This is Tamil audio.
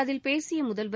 அதில் பேசிய முதல்வர்